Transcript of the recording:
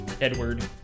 Edward